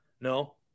No